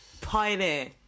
pioneer